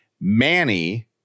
Manny